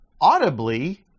audibly